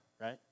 right